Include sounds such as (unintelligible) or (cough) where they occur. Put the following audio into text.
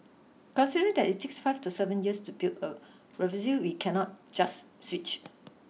considering that it takes five to seven years to build a (unintelligible) we cannot just switch